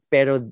Pero